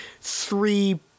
three